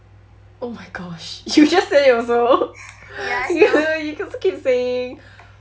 oh my gosh you just said it also you you also keep saying